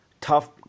tough